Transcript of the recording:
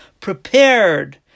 prepared